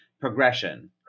progression